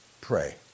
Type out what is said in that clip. pray